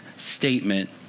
statement